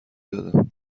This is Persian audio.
دادم